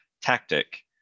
tactic